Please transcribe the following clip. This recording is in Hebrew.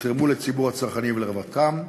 יתרמו לציבור הצרכנים ולרווחתם.